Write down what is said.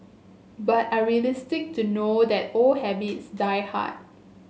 but are realistic to know that old habits die hard